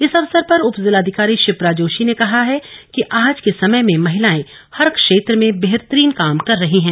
इस अवसर पर उप जिलाधिकारी शिप्रा जोशी ने कहा कि आज के समय में महिलायें हर क्षेत्र में बेहतरीन काम कर रही हैं